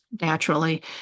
naturally